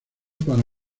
para